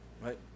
right